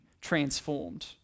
transformed